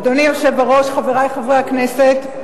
אדוני היושב-ראש, חברי חברי הכנסת,